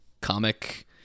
comic